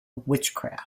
witchcraft